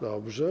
Dobrze.